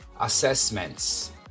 Assessments